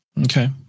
Okay